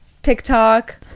TikTok